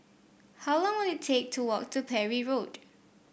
how long will it take to walk to Parry Road